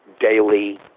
daily